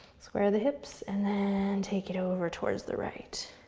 square the hips, and then take it over towards the right.